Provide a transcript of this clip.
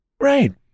right